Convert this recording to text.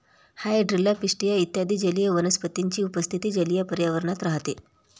hydrilla, pistia इत्यादी जलीय वनस्पतींची उपस्थिती जलीय पर्यावरणात राहते